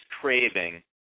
craving